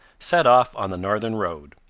set off on the northern road.